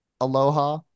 Aloha